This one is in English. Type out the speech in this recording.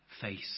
face